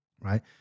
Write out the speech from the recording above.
Right